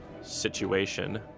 situation